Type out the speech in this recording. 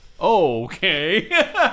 Okay